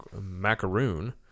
Macaroon